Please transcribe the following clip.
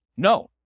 No